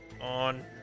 On